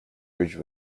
bridge